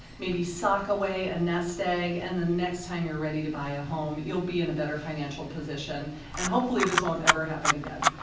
maybe sock away a nest egg and the next time you're ready to buy a home, you'll be in a better financial position and hopefully this won't ever happen again.